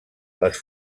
les